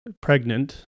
Pregnant